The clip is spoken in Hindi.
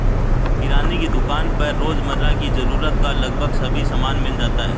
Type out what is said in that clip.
किराने की दुकान पर रोजमर्रा की जरूरत का लगभग सभी सामान मिल जाता है